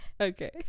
Okay